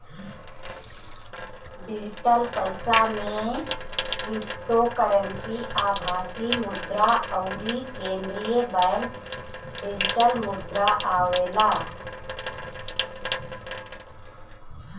digital पईसा में cryptocurrency, आभासी मुद्रा अउरी केंद्रीय बैंक डिजिटल मुद्रा आवेला